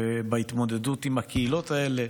בהתמודדות עם הקהילות האלה,